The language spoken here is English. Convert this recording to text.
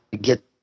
get